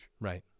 Right